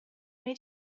wnei